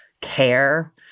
care